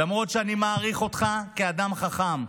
למרות שאני מעריך אותך כאדם חכם,